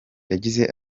yagize